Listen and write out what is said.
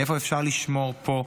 איפה אפשר לשמור פה,